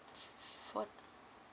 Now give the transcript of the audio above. for